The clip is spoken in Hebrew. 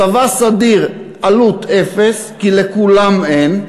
צבא סדיר עלות אפס, כי לכולם אין,